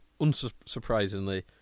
unsurprisingly